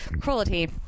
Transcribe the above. cruelty